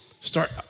start